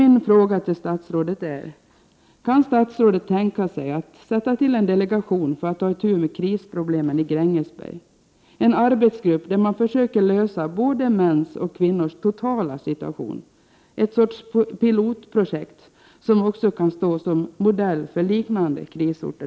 Min fråga till statsrådet är: Kan statsrådet tänka sig att sätta till en delegation för att ta itu med krisproblemen i Grängesberg, en arbetsgrupp som försöker finna lösning för både mäns och kvinnors totala situation? Det kunde vara en sorts pilotprojekt som i framtiden också kan stå som modell för liknande krisorter.